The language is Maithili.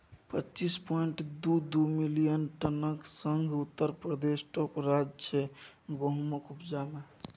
पच्चीस पांइट दु दु मिलियन टनक संग उत्तर प्रदेश टाँप राज्य छै गहुमक उपजा मे